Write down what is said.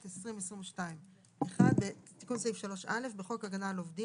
התשפ"ב-2022 תיקון סעיף 3א1. בחוק הגנה על עובדים